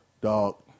dog